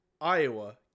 Iowa